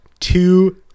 Two